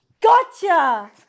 Gotcha